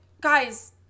guys